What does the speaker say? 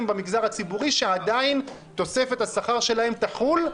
במגזר הציבורי שעדיין תוספת השכר שלהם תחול,